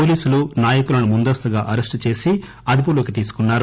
పోలీసులు నాయకులను ముందస్తుగా అరెస్ట్ చేసి అదుపులోకి తీసుకున్నారు